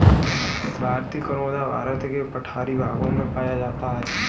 भारतीय करोंदा भारत के पठारी भागों में पाया जाता है